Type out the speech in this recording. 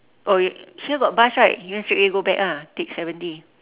oh you here got bus right you want straight go back ah take seventy